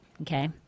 okay